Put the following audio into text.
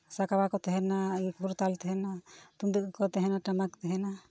ᱥᱟᱠᱣᱟ ᱠᱚ ᱛᱟᱦᱮᱱᱟ ᱠᱚᱨᱛᱟᱞ ᱛᱟᱦᱮᱱᱟ ᱛᱩᱢᱫᱟᱹᱜ ᱠᱚ ᱛᱟᱦᱮᱱᱟ ᱴᱟᱢᱟᱠ ᱛᱟᱦᱮᱱᱟ